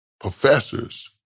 professors